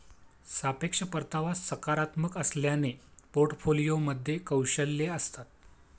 सापेक्ष परतावा सकारात्मक असल्याने पोर्टफोलिओमध्ये कौशल्ये असतात